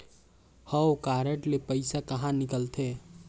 हव कारड ले पइसा कहा निकलथे?